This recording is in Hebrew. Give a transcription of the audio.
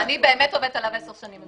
ואני באמת עובדת עליו עשר שנים,